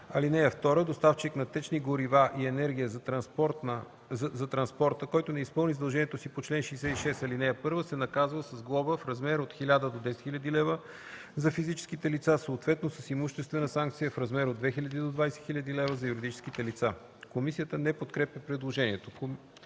лица. (2) Доставчик на течни горива и енергия за транспорта, който не изпълни задължението си по чл. 66, ал. 1, се наказва с глоба в размер от 1000 до 10 000 лв. за физическите лица, съответно с имуществена санкция в размер от 2000 до 20 000 лв. за юридическите лица.” Комисията не подкрепя предложението.